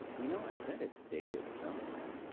you know i bet it's dated somewhere